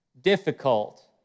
difficult